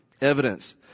evidence